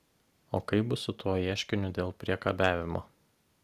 o kaip bus su tuo ieškiniu dėl priekabiavimo